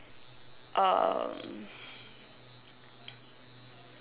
um